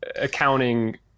accounting